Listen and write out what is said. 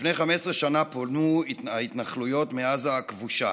לפני 15 שנה פונו ההתנחלויות מעזה הכבושה.